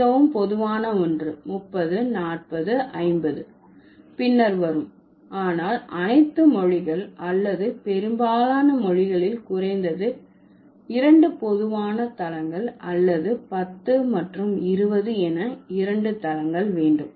மிகவும் பொதுவான ஒன்று 30 40 50 பின்னர் வரும் ஆனால் அனைத்து மொழிகள் அல்லது பெரும்பாலான மொழிகளில் குறைந்தது இரண்டு பொதுவான தளங்கள் அல்லது 10 மற்றும் 20 என இரண்டு தளங்கள் வேண்டும்